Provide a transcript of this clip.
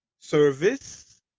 service